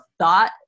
thought